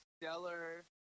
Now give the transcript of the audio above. stellar